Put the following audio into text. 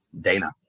Dana